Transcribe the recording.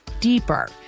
deeper